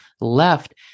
left